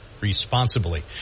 responsibly